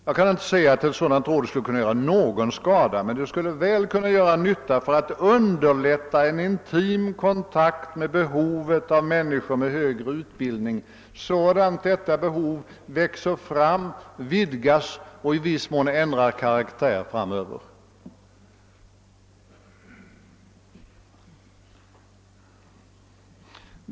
Jag kan inte se att ett sådant råd skulle kunna göra någon skada, men det skulle väl kunna göra nytta genom att underlätta en intim kännedom om behovet av människor med högre utbildning sådant detta behov växer fram, vidgas och i viss mån ändrar karaktär framöver.